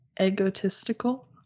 egotistical